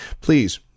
please